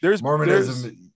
Mormonism